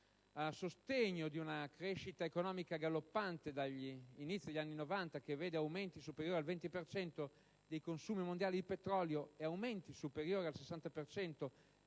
A sostegno di una crescita economica galoppante dagli inizi degli anni '90 che vede aumenti superiori del 20 per cento dei consumi mondiali del petrolio e aumenti superiori al 60